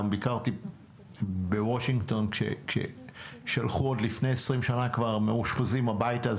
ביקרתי בוושינגטון כששלחו עוד לפני 20 שנה כבר מאושפזים הביתה.